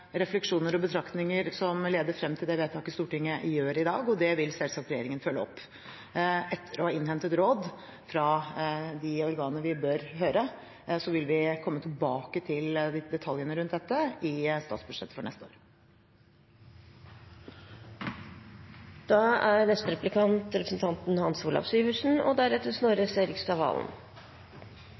refleksjoner og betraktninger som leder frem til det vedtaket Stortinget gjør i dag, og det vil selvsagt regjeringen følge opp. Etter å ha innhentet råd fra de organer vi bør høre, vil vi komme tilbake til detaljene rundt dette i statsbudsjettet for neste år.